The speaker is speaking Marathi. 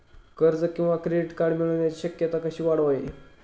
कर्ज किंवा क्रेडिट कार्ड मिळण्याची शक्यता कशी वाढवावी?